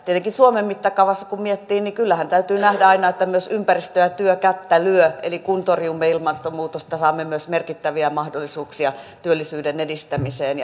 tietenkin suomen mittakaavassa kun miettii niin kyllähän täytyy nähdä aina että myös ympäristö ja työ kättä lyö eli kun torjumme ilmastonmuutosta saamme myös merkittäviä mahdollisuuksia työllisyyden edistämiseen